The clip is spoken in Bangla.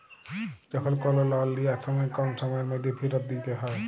যখল কল লল লিয়ার সময় কম সময়ের ম্যধে ফিরত দিইতে হ্যয়